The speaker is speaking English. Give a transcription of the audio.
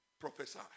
prophesy